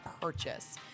purchase